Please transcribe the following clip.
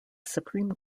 supreme